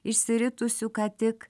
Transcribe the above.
išsiritusių ką tik